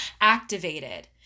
activated